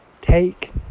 Take